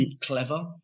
clever